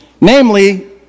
Namely